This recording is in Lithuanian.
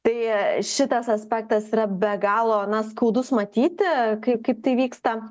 tai šitas aspektas yra be galo skaudus matyti kai kaip tai vyksta